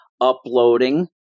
uploading